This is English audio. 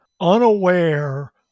unaware